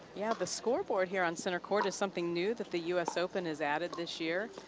yeah the scoreboard here on center court is something new that the us open has added this year.